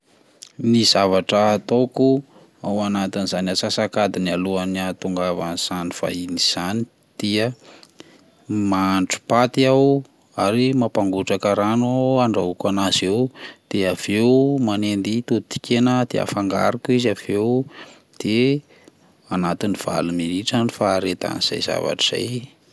Ny zavatra ataoko ao anatin'izany antsasak'adiny alohany antongavan'izany vahiny izany dia mahandro paty aho ary mampangotraka rano andrahoko an'azy eo, de avy eo manendy totokena dia afangaroko izy avy eo de anatin'ny valo minitra ny faharetan'izay.